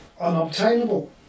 unobtainable